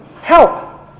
help